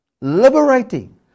liberating